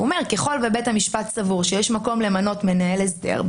הוא אומר שככל שבית המשפט סבור שיש מקום למנות מנהל הסדר,